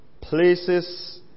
Places